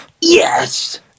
yes